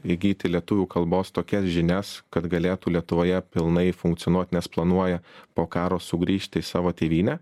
įgyti lietuvių kalbos tokias žinias kad galėtų lietuvoje pilnai funkcionuot nes planuoja po karo sugrįžti į savo tėvynę